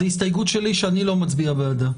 זו הסתייגות שלי שאני לא מצביע בעדה.